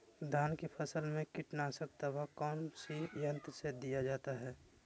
धान की फसल में कीटनाशक दवा कौन सी यंत्र से दिया जाता है?